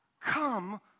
Come